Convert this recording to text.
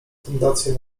fundację